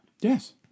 Yes